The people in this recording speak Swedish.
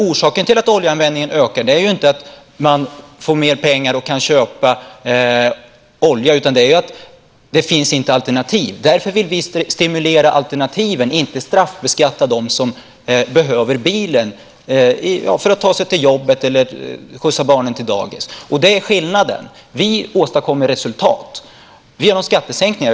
Orsaken till att oljeanvändningen ökar är inte att folk får mer pengar och kan köpa olja, utan att det inte finns alternativ. Därför vill vi stimulera alternativen, inte straffbeskatta dem som behöver bilen för att ta sig till jobbet eller för att skjutsa barnen till dagis. Det är skillnaden. Vi åstadkommer resultat genom skattesänkningar.